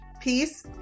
peace